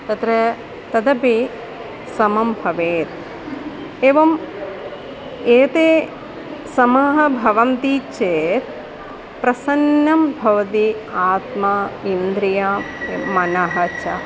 तत्र तदपि समं भवेत् एवम् एते समाः भवन्ति चेत् प्रसन्नं भवति आत्मा इन्द्रियाः मनः च